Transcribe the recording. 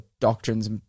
doctrines